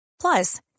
Plus